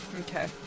Okay